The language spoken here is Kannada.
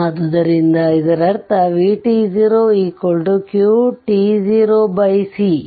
ಆದ್ದರಿಂದ ಇದರರ್ಥ vt0 qt0c